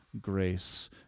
grace